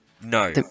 No